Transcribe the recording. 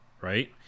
Right